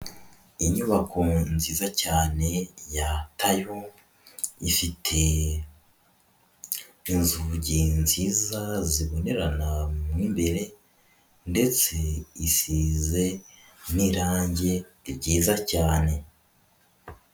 Inyubako nziza cyane ya Tayo ifite inzugi nziza zibonerana mu imbere ndetse izize n'irange ryiza cyane.